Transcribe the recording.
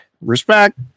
Respect